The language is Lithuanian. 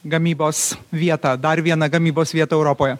gamybos vietą dar vieną gamybos vietą europoje